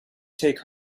take